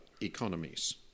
economies